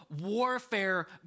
warfare